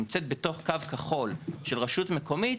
שנמצאת בתך קו כחול של רשות מקומית,